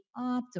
optimal